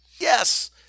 Yes